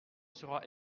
sera